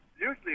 usually